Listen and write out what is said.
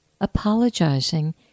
apologizing